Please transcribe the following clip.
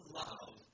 love